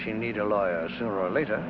she need a lawyer sooner or later